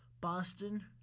Boston